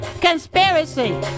Conspiracy